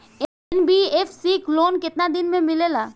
NBFC loan केतना दिन मे मिलेला?